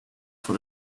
for